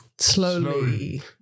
Slowly